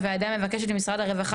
הוועדה מבקשת ממשרד הרווחה,